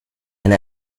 and